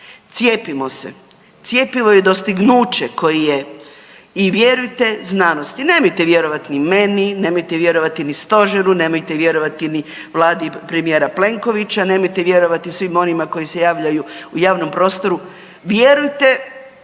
cijepimo se, cjepivo je dostignuće koji je i vjerujte znanosti. Nemojte vjerovati ni meni, nemojte vjerovati ni stožeru, nemojte vjerovati ni vladi premijera Plenkovića, nemojte vjerovati svim onima koji se javljaju u javnom prostoru, vjerujte svojim